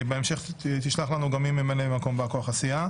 בהמשך יישלח לנו שם של ממלא מקום בא כוח הסיעה.